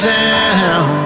down